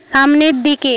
সামনের দিকে